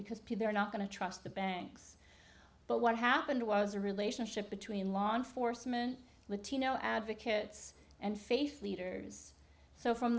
because people are not going to trust the banks but what happened was the relationship between law enforcement latino advocates and safe leaders so from